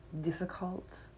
difficult